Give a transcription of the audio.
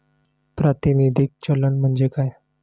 प्रातिनिधिक चलन म्हणजे काय?